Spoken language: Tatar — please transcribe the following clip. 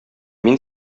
мин